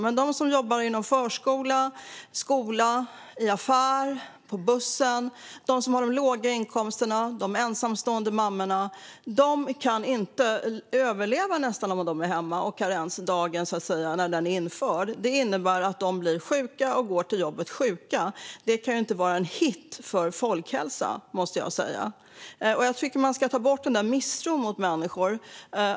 Men de som jobbar inom förskola och skola, i affär och på bussen, de som har de låga inkomsterna och de ensamstående mammorna kan nästan inte överleva om de är hemma när karensdagen är införd. Det innebär att de går till jobbet sjuka. Det kan inte vara en hit för folkhälsan. Jag tycker att man ska ta bort misstron mot människor.